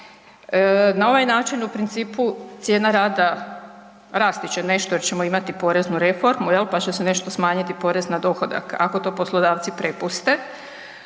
Na ovaj način u principu cijena rada rasti će nešto jer ćemo imati poreznu reformu pa će se nešto smanjiti porez na dohodak, ako to poslodavci prepuste,